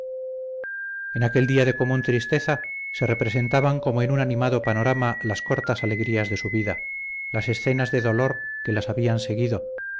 en aquel día de común tristeza se representaban como en un animado panorama las cortas alegrías de su vida las escenas de dolor que las habían seguido